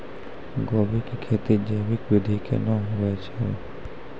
गोभी की खेती जैविक विधि केना हुए छ?